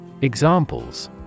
Examples